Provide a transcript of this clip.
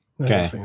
okay